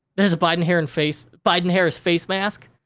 there's a biden-harris face biden-harris face mask.